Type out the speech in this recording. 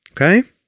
Okay